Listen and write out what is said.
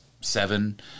seven